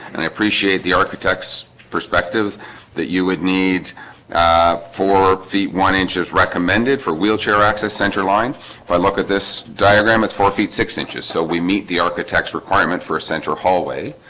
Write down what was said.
and i appreciate the architects perspective that you would need four feet one inch is recommended for wheelchair access center line if i look at this diagram, it's four feet six inches, so we meet the architects requirement for a central hallway